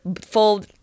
full